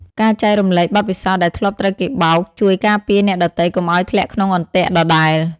ការចែករំលែកបទពិសោធន៍ដែលធ្លាប់ត្រូវគេបោក ជួយការពារអ្នកដទៃកុំឱ្យធ្លាក់ក្នុងអន្ទាក់ដដែល។